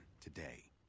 today